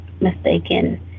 mistaken